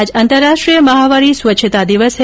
आज अंतर्राष्ट्रीय महावारी स्वच्छता दिवस है